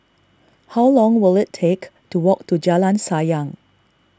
how long will it take to walk to Jalan Sayang